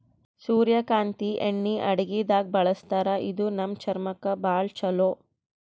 ಸೂರ್ಯಕಾಂತಿ ಎಣ್ಣಿ ಅಡಗಿದಾಗ್ ಬಳಸ್ತಾರ ಇದು ನಮ್ ಚರ್ಮಕ್ಕ್ ಭಾಳ್ ಛಲೋ